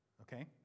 Okay